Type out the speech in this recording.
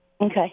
Okay